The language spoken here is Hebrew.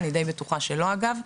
אני די בטוחה שלא, אגב.